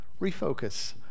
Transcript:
refocus